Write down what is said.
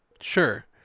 Sure